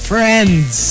Friends